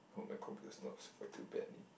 hope my computer is not spoiled too badly